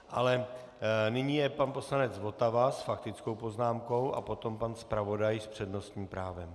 Ale nyní je pan poslanec Votava s faktickou poznámkou a potom pan zpravodaj s přednostním právem.